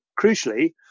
crucially